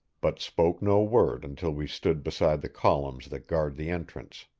but spoke no word until we stood beside the columns that guard the entrance.